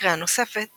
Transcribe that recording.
לקריאה נוספת